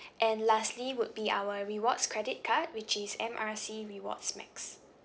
and lastly would be our rewards credit card which is M R C rewards max